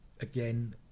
again